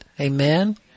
Amen